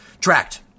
tracked